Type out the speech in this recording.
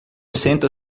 senta